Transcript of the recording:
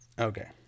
okay